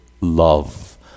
love